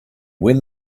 when